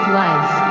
life